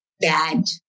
bad